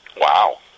Wow